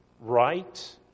right